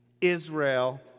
Israel